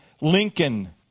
Lincoln